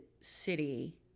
city